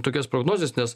tokias prognozes nes